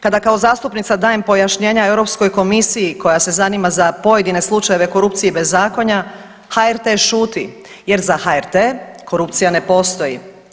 Kada kao zastupnica dajem pojašnjenja Europskoj komisiji koja se zanima za pojedine slučajeve korupcije i bezakonja HRT šuti, jer za HRT korupcija ne postoji.